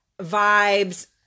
vibes